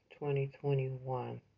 2021